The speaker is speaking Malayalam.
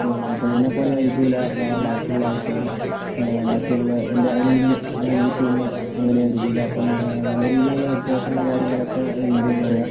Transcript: അപ്പോൾ എന്നെപ്പോലെ ആയിരിക്കുകയില്ല ബാക്കിയുള്ള ആൾക്കാര് ബാക്കിയുള്ള എൻ്റെ അനിയനും അനിയത്തിയും ഒന്നും അങ്ങനെയായിരിക്കുകയില്ല അപ്പം നല്ല രീതിയിലുള്ള വ്യത്യാസവും കാര്യങ്ങളൊക്കെ ഉണ്ടെന്ന് പറയാം